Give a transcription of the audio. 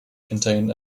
contain